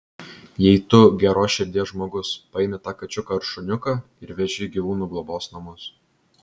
jei tu geros širdies žmogus paimi tą kačiuką ar šuniuką ir veži į gyvūnų globos namus